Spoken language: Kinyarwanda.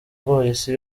polisi